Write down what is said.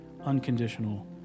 unconditional